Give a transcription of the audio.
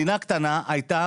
מדינה קטנה הייתה,